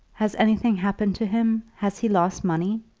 has anything happened to him? has he lost money?